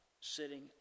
sitting